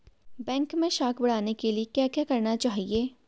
Bank मैं साख बढ़ाने के लिए क्या क्या करना चाहिए?